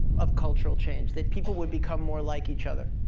of cultural change, that people would become more like each other